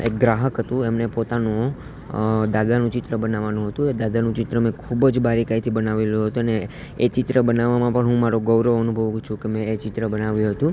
એક ગ્રાહક હતું એમને પોતાનું દાદાનું ચિત્ર બનાવવાનું હતું એ દાદાનું ચિત્ર મેં ખૂબ જ બારીકાઈથી બનાવેલું હતું અને એ ચિત્ર બનાવવામાં પણ હું મારો ગૌરવ અનુભવું છું કે મેં એ ચિત્ર બનાવ્યું હતું